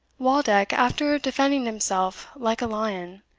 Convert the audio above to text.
waldeck, after defending himself like a lion,